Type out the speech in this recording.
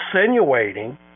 insinuating